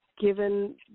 given